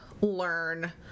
learn